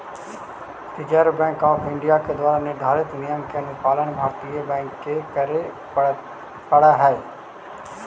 reserve bank of India के द्वारा निर्धारित नियम के अनुपालन भारतीय बैंक के करे पड़ऽ हइ